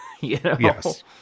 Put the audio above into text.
Yes